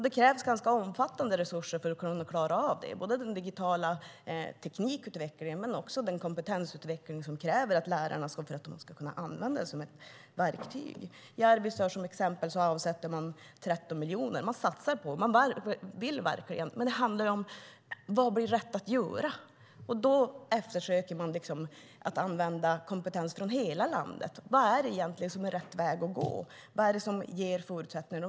Det krävs ganska omfattande resurser för att kunna klara av inte bara den digitala teknikutvecklingen utan också den kompetensutveckling som krävs för att lärarna ska kunna använda verktygen. I till exempel Arvidsjaur avsätter man 13 miljoner. Man satsar - och man vill verkligen - men det handlar om vad som blir rätt att göra. Då eftersöker man att använda kompetens från hela landet: Vad är det egentligen som är rätt väg att gå? Vad är det som ger förutsättningar?